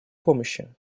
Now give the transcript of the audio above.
помощи